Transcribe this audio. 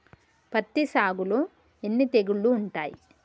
పత్తి సాగులో ఎన్ని తెగుళ్లు ఉంటాయి?